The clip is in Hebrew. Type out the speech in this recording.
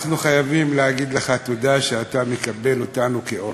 אנחנו חייבים להגיד לך תודה שאתה מקבל אותנו כאורחים.